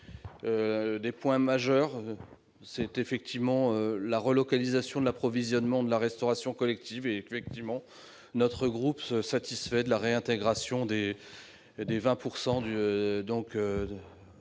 les points majeurs figure effectivement la relocalisation de l'approvisionnement de la restauration collective. Notre groupe se satisfait de la réintégration des 20 % de produits